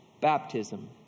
baptism